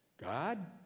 God